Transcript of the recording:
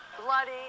Bloody